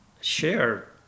Share